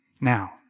now